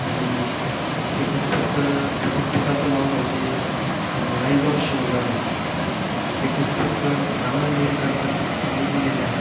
आणि ते पुस्तक त्या पुस्तकाचं नाव म्हणजे राईज ऑफ शिवगामी हे पुस्तक आनंद नीलकंठन यांनी लिहिलेलं आहे